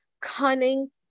cunning